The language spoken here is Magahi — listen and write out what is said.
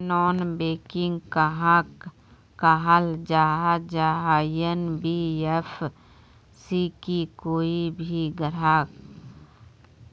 नॉन बैंकिंग कहाक कहाल जाहा जाहा एन.बी.एफ.सी की कोई भी ग्राहक